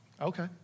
Okay